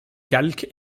calque